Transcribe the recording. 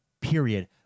period